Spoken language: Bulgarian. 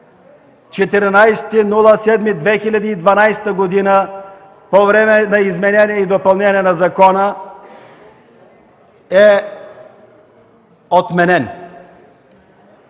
14.07.2012 г., по време на изменение и допълнение на закона, е отменен